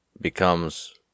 becomes